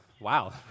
wow